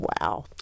Wow